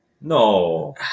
No